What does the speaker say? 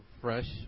fresh